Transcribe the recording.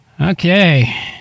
Okay